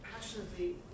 passionately